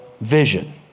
vision